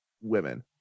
women